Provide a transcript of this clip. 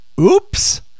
Oops